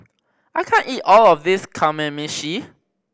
I can't eat all of this Kamameshi